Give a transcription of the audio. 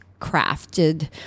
crafted